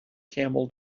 camel